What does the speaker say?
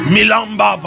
Milamba